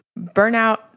burnout